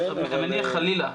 המניע חלילה.